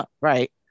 Right